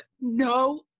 No